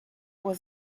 was